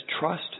Trust